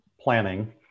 planning